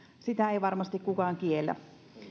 sitä ei varmasti kukaan kiellä